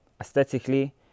aesthetically